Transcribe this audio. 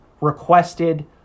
requested